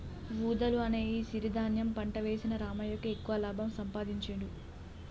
వూదలు అనే ఈ సిరి ధాన్యం పంట వేసిన రామయ్యకు ఎక్కువ లాభం సంపాదించుడు